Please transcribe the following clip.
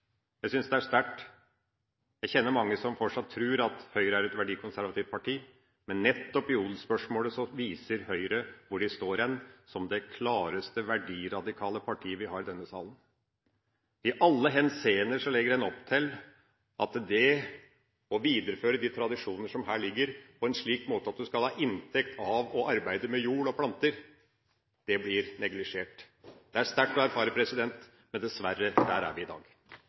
Jeg synes det er sterkt. Jeg kjenner mange som fortsatt tror at Høyre er et verdikonservativt parti. Men i nettopp odelsspørsmålet viser Høyre hvor de står hen, som det klareste verdiradikale partiet vi har i denne salen. I alle henseender legger en opp til at det å videreføre de tradisjoner som her ligger, på en slik måte at du skal ha inntekt av å arbeide med jord og planter, blir neglisjert. Det er sterkt å erfare, men dessverre: Der er vi i dag.